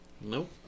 nope